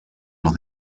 los